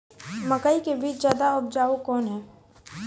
मकई के बीज ज्यादा उपजाऊ कौन है?